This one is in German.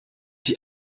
die